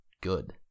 good